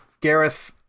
Gareth